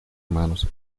manos